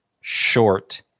short